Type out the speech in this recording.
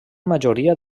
majoria